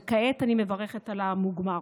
וכעת אני מברכת על המוגמר.